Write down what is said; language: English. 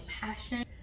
passion